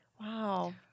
Wow